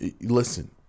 Listen